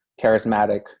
charismatic